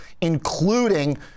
including